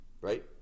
right